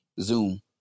Zoom